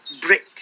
Brit